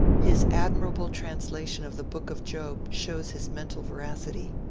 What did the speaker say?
his admirable translation of the book of job shows his mental veracity.